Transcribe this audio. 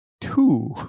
two